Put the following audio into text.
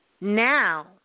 Now